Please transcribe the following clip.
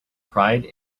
pride